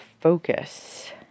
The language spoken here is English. focus